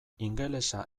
ingelesa